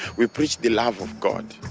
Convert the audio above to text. we preach the love of god,